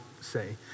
say